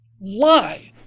lie